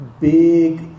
big